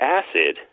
acid